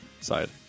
side